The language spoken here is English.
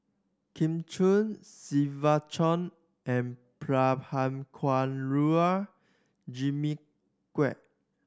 Kin Chui Siva Choy and Prabhakara Jimmy Quek